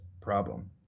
problem